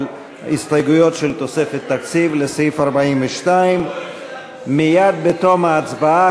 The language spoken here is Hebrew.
הסתייגויות של תוספת תקציב לסעיף 42. מייד בתום ההצבעה,